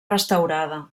restaurada